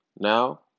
Now